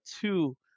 two